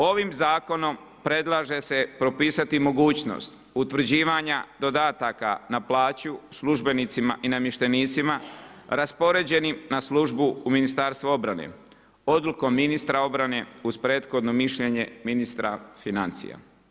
Ovim zakonom predlaže se propisati i mogućnost utvrđivanja dodataka na plaću službenicima i namještenicima raspoređenim na službu u Ministarstvo obrane odlukom ministra obrane uz prethodno mišljenje ministra financija.